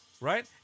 right